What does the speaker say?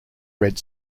red